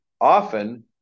often